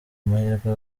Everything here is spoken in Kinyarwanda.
mahirwe